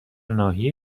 ناحیه